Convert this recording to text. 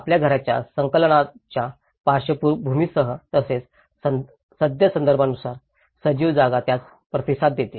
आपल्या घराच्या संलग्नकांच्या पार्श्वभूमीसह तसेच सद्य संदर्भानुसार सजीव जागा त्यास प्रतिसाद देते